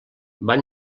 van